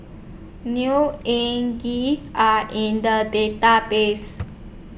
Neo Anngee Are in The Database